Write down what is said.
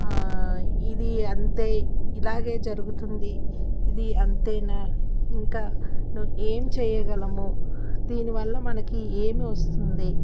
ఇది అంతే ఇలాగే జరుగుతుంది ఇది అంతేనా ఇంకా ఏం చేయగలము దీనివల్ల మనకి ఏమి వస్తుంది